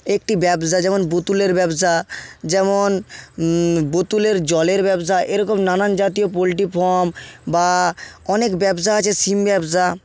একটি ব্যবসা যেমন বোতুলের ব্যবসা যেমন বোতুলের জলের ব্যবসা এরকম নানা জাতীয় পোল্ট্রি ফার্ম বা অনেক ব্যবসা আছে শিম ব্যবসা